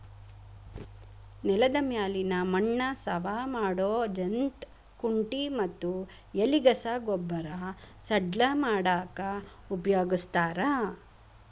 ನೆಲದ ಮ್ಯಾಲಿನ ಮಣ್ಣ ಸವಾ ಮಾಡೋ ಜಂತ್ ಕುಂಟಿ ಮತ್ತ ಎಲಿಗಸಾ ಗೊಬ್ಬರ ಸಡ್ಲ ಮಾಡಾಕ ಉಪಯೋಗಸ್ತಾರ